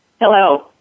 Hello